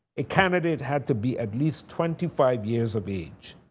a candidate had to be at least twenty five years of age.